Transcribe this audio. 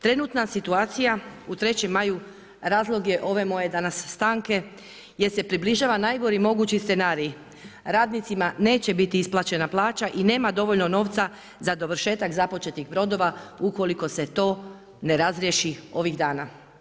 Trenutna situacija u Trećem Maju razlog je ove moje danas stanke jer se približava najgori mogući scenarij, radnicima neće biti isplaćena plaća i nema dovoljno novca za dovršetak započetih brodova ukoliko se to ne razriješi ovih dana.